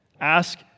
ask